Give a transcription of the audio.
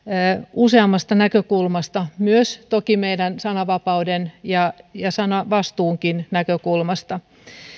useammasta näkökulmasta toki myös meidän sananvapauden ja ja sananvastuunkin näkökulmasta